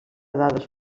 dades